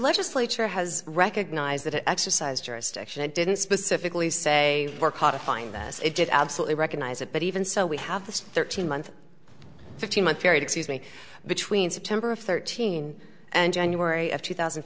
legislature has recognized that it exercised jurisdiction and didn't specifically say work hard to find that it did absolutely recognize it but even so we have this thirteen month fifteen month period excuse me between september of thirteen and january of two thousand